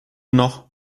noch